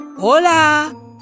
Hola